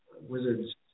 wizards